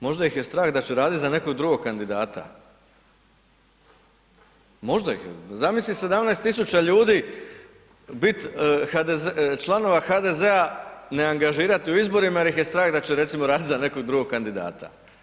Možda ih je strah da će raditi za nekog drugog kandidata, možda ih je, zamisli 17.000 ljudi bit članova HDZ-a ne angažirati u izborima jer ih je strah da će recimo raditi za nekog drugog kandidata.